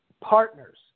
partners